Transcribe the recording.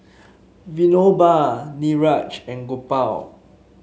Vinoba Niraj and Gopal